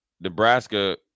Nebraska